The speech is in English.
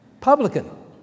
publican